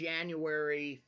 January